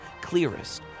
clearest